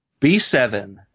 B7